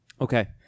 Okay